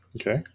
Okay